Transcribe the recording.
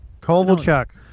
Kovalchuk